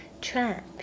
trap